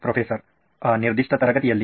professor ಆ ನಿರ್ದಿಷ್ಟ ತರಗತಿಯಲ್ಲಿ